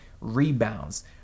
rebounds